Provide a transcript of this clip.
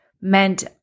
meant